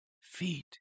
Feet